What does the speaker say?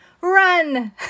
run